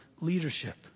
leadership